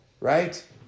right